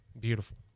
Beautiful